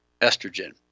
estrogen